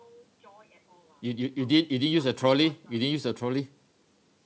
you you you didn't you didn't use a trolley you didn't use a trolley